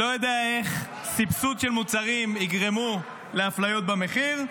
לא יודע איך סבסוד של מוצרים יגרם לאפליות במחיר.